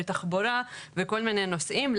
בתחבורה וכל מיני נושאים.